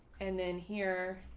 and then here.